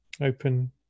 open